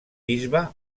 bisbe